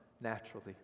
naturally